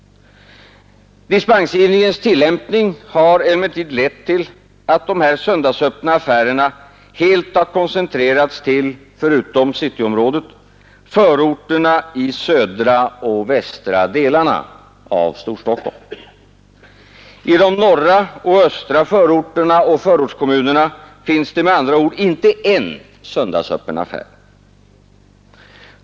Dispensgivningens tillämpning har emellertid lett till att de här söndagsöppna affärerna helt har koncentrerats till, förutom cityområdet, förorterna i södra och västra delarna av Storstockholm. I de norra och östra förorterna och förortskommunerna finns det med andra ord inte en söndagsöppen affär.